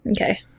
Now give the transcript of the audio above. Okay